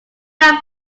not